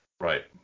Right